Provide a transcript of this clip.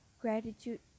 gratitude